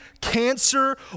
cancer